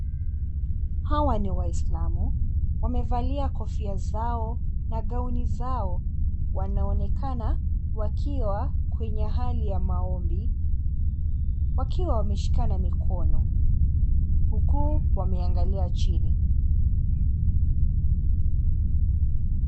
Hawa ni waislamu. Wamevalia kofia zao na gauni zao. Wanaonekana wakiwa kwenye hali ya maombi wakiwa wameshikana mikono huku wameangalia chini.